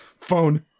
phone